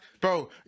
bro